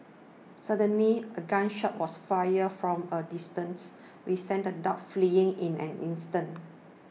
suddenly a gun shot was fired from a distance which sent the dogs fleeing in an instant